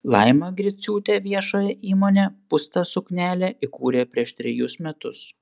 laima griciūtė viešąją įmonę pūsta suknelė įkūrė prieš trejus metus